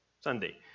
Sunday